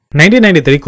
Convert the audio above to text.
1993